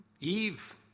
Eve